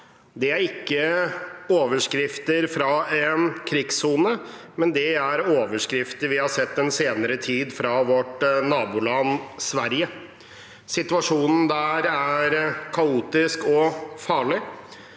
det er ikke overskrifter fra en krigssone, det er overskrifter vi har sett den senere tid fra vårt naboland Sverige. Situasjonen der er kaotisk og farlig.